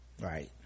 Right